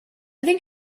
think